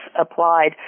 applied